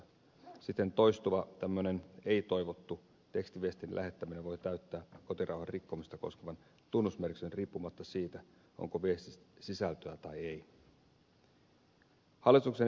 siten toistuva tämmöinen ei toivottu tekstiviestin lähettäminen voi täyttää kotirauhan rikkomista koskevan tunnusmerkistön riippumatta siitä onko viestissä sisältöä tai ei